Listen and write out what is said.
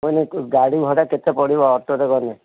ମାନେ ଗାଡ଼ି ଭଡ଼ା କେତେ ପଡ଼ିବ ଅଟୋରେ ଗଲେ